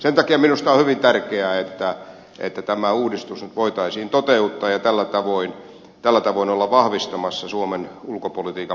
sen takia minusta on hyvin tärkeää että voitaisiin tämä uudistus nyt toteuttaa ja tällä tavoin olla vahvistamassa suomen ulkopolitiikan parlamentaarista taustaa